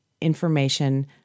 information